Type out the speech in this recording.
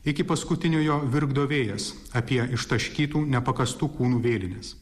iki paskutiniojo virkdo vėjas apie ištaškytų nepakastų kūnų vėlines